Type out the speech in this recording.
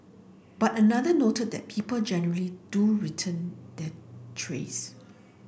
but another noted that people generally do return their trays